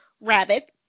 rabbit